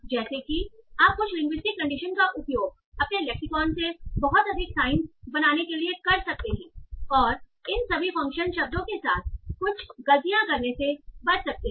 जैसे कि आप कुछ लिंग्विस्टिक कंडीशन का उपयोग अपने लेक्सिकॉन से बहुत अधिक साइंस बनाने के लिए कर सकते हैं और इन सभी विभिन्न फ़ंक्शन शब्दों के साथ कुछ गलतियाँ करने से बच सकते हैं